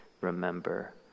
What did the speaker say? remember